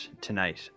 tonight